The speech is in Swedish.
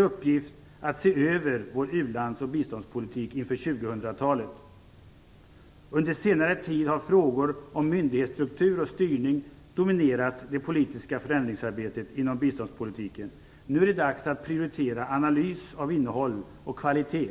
uppgift att se över vår u-lands och biståndspolitik inför 2000-talet. Under senare tid har frågor om myndighetsstruktur och styrning dominerat förändringsarbetet inom biståndspolitiken. Nu är det dags att prioritera analys av innehåll och kvalitet.